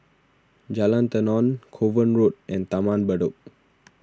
Jalan Tenon Kovan Road and Taman Bedok